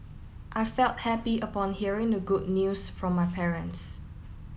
I felt happy upon hearing the good news from my parents